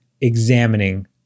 examining